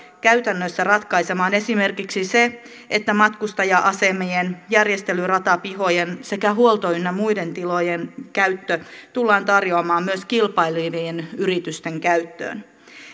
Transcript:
käytännössä ratkaisemaan esimerkiksi se että matkustaja asemien järjestelyratapihojen sekä huolto ynnä muiden tilojen käyttö tullaan tarjoamaan myös kilpailevien yritysten käyttöön